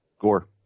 Gore